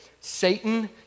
Satan